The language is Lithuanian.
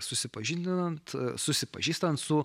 susipažindinant susipažįstant su